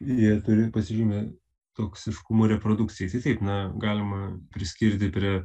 jie turi pasižymi toksiškumu reprodukcijai tai taip na galima priskirti prie